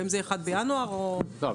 האם זה יהיה 1 בינואר או לא,